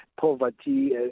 poverty